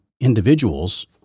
individuals